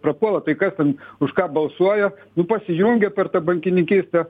prapuola tai kas ten už ką balsuoja nu pasijungia per tą bankininkystę